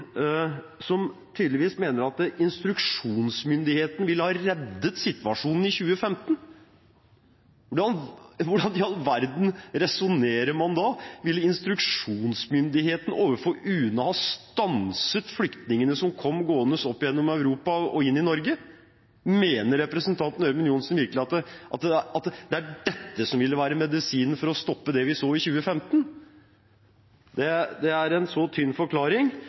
som tydeligvis mener at instruksjonsmyndigheten ville ha reddet situasjonen i 2015. Hvordan i all verden resonnerer man da? Ville instruksjonsmyndigheten overfor UNE ha stanset flyktningene som kom gående opp gjennom Europa og inn i Norge? Mener representanten Ørmen Johnsen virkelig at det er dette som ville vært medisinen for å stoppe det vi så i 2015? Det er en så tynn forklaring